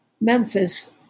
Memphis